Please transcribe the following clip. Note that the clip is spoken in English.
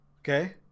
Okay